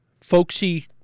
folksy